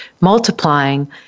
multiplying